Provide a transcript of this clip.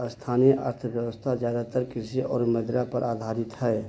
स्थानीय अर्थव्यवस्था ज्यादातर कृषि और मदिरा पर आधारित है